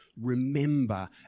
Remember